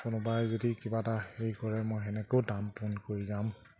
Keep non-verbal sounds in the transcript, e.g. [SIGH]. কোনোবাই যদি কিবা এটা হেৰি কৰে মই সেনেকেও [UNINTELLIGIBLE] কৰি যাম